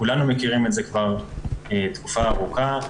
כולנו מכירים את זה כבר תקופה ארוכה.